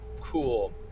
Cool